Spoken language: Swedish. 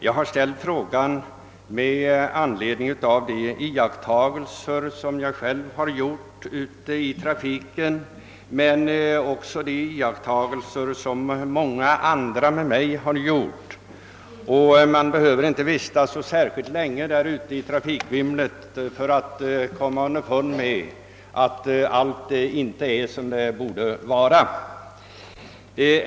Jag ställde frågan med anledning av de iakttagelser jag själv gjort ute i trafiken, men även med anledning av de iakttagelser som många andra gjort. Man behöver inte vara så särskilt länge ute i trafikvimlet för att komma underfund med att allt inte är som det borde vara.